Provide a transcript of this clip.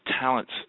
talents